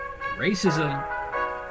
Racism